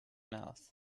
mouth